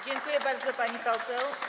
Dziękuję bardzo, pani poseł.